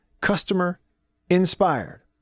customer-inspired